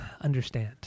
understand